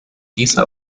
dieser